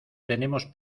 tenemos